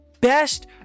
best